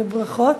לברכות.